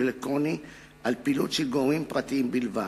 אלקטרוני על פעילות של גורמים פרטיים בלבד.